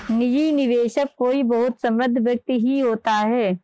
निजी निवेशक कोई बहुत समृद्ध व्यक्ति ही होता है